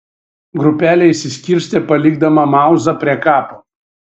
grupelė išsiskirstė palikdama mauzą prie kapo